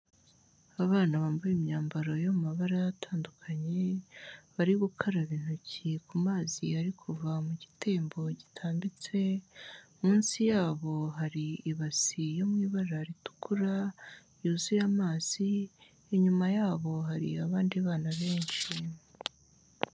Abana bambaye imyambaro yo mu mabara atandukanye, bari gukaraba intoki ku mazi yari kuva mu gitembo gitambitse, munsi yabo hari ibasi yo mu ibara ritukura yuzuye amazi, inyuma yabo hari abandi bana benshi.